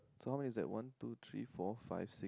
sorry that's one two three four five